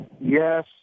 Yes